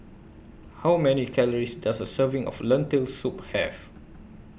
How Many Calories Does A Serving of Lentil Soup Have